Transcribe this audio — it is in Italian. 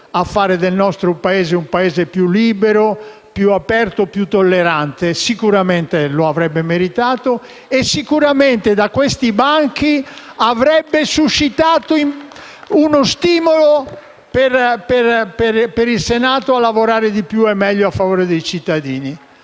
a fare dell'Italia un Paese più libero, aperto e tollerante. Sicuramente lo avrebbe meritato e sicuramente da questi banchi avrebbe rappresentato uno stimolo per il Senato a lavorare di più e meglio a favore dei cittadini.